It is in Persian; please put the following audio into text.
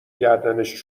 گردنش